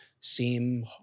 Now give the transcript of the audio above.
seem